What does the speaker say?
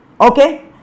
Okay